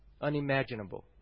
unimaginable